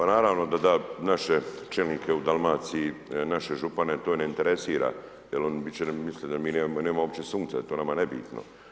Pa naravno da da, naše čelnike u Dalmaciji, naše župane to ne interesira jer oni biti će misle da mi nemamo uopće sunca, da je to nama nebitno.